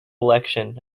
election